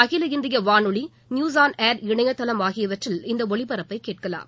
அகில இந்திய வானொலி நியூஸ் ஆன் ஏர் இணையதளம் ஆகியவற்றில் இந்த ஒலிபரப்பை கேட்கலாம்